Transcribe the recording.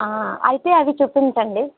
అయితే అవి చూపించండి